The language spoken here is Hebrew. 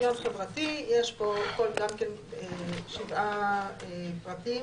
שוויון חברתי, יש פה שבעה פרטים,